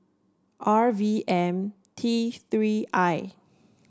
R V M T Three I